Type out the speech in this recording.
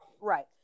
Right